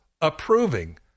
approving